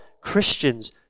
Christians